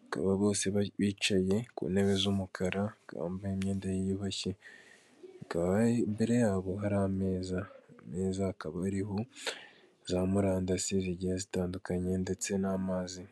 bakaba bose bicaye ku ntebe z'umukara, umugabo wambaye imyenda yiyubashye, imbere yabo hari ameza, ameza akaba ariho za murandasi zigiye zitandukanye ndetse n'amazi.